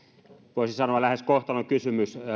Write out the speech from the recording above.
voisi sanoa lähes kohtalonkysymys